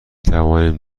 توانیم